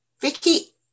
Vicky